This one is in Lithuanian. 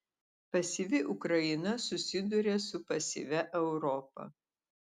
pasyvi ukraina susiduria su pasyvia europa